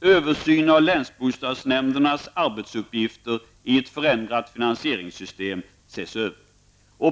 Översynen av länsbostadsnämndernas arbetsuppgifter i ett förändrat finansieringssystem ses över.